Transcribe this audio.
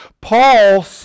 Paul